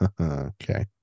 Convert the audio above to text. Okay